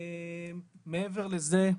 מעבר לזה,